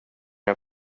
jag